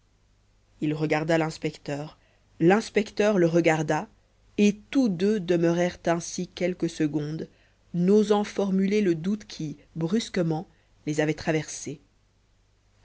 il regarda l'inspecteur l'inspecteur le regarda et tous deux demeurèrent ainsi quelques secondes n'osant formuler le doute qui brusquement les avait traversés